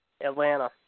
Atlanta